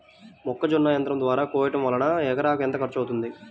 మొక్కజొన్న యంత్రం ద్వారా కోయటం వలన ఎకరాకు ఎంత ఖర్చు తగ్గుతుంది?